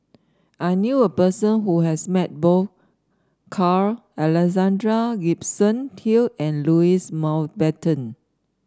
I knew a person who has met both Carl Alexander Gibson Hill and Louis Mountbatten